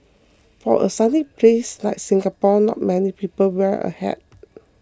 for a sunny place like Singapore not many people wear a hat